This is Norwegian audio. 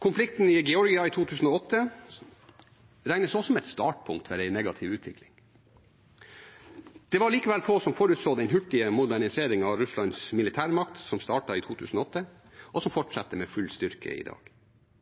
Konflikten i Georgia i 2008 regnes også som et startpunkt for en negativ utvikling. Det var likevel få som forutså den hurtige moderniseringen av Russlands militærmakt som startet i 2008, og som fortsetter med full styrke i dag.